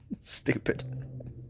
Stupid